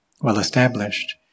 well-established